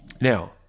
Now